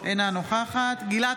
אינה נוכחת גלעד